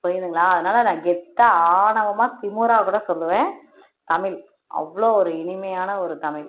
புரியுதுங்களா அதனால நான் கெத்தா ஆணவமாக திமிரா கூட சொல்லுவேன் தமிழ் அவ்வளோ ஒரு இனிமையான ஒரு தமிழ்